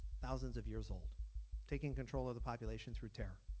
thousands of years old taking control of the populations through terror.